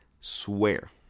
Swear